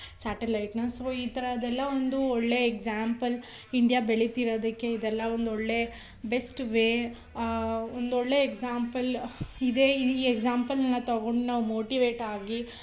ಸ್ಯಾಟಲೈಟನ್ನ so ಈ ಥರದ್ದೆಲ್ಲ ಒಂದು ಒಳ್ಳೆಯ ಎಕ್ಸಾಂಪಲ್ ಇಂಡ್ಯಾ ಬೆಳೀತಿರೋದಕ್ಕೆ ಇದೆಲ್ಲ ಒಂದು ಒಳ್ಳೆಯ ಬೆಸ್ಟ್ ವೇ ಒಂದು ಒಳ್ಳೆಯ ಎಕ್ಸಾಂಪಲ್ ಇದೇ ಈ ಎಕ್ಸಾಂಪಲನ್ನ ತಗೊಂಡು ನಾವು ಮೋಟಿವೇಟಾಗಿ